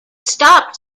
stopped